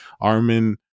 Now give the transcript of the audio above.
Armin